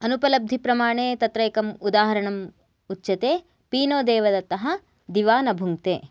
अनुपलब्धिप्रमाणे तत्र एकम् उदाहरणम् उच्यते पीनो देवदत्तः दिवा न भुङ्क्ते